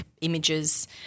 images